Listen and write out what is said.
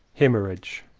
hemorrhage!